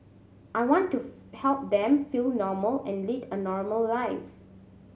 I want to help them feel normal and lead a normal life